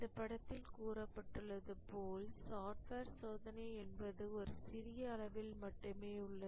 இந்த படத்தில் கூறப்பட்டுள்ளது போல சாஃப்ட்வேர் சோதனை என்பது ஒரு சிறிய அளவில் மட்டுமே உள்ளது